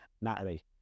natalie